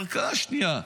ערכאה שנייה,